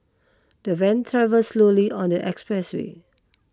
the van travel slowly on the expressway